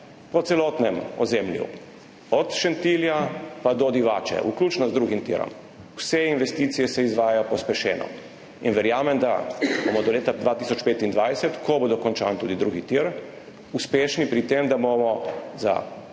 po celotnem ozemlju, od Šentilja pa do Divače, vključno z drugim tirom. Vse investicije se izvajajo pospešeno. Verjamem, da bomo do leta 2025, ko bo dokončan tudi drugi tir, uspešni pri tem, da bomo za